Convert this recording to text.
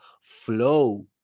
Flow